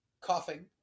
coughing